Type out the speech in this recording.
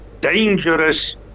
dangerous